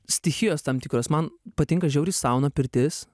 stichijos tam tikros man patinka žiauriai sauna pirtis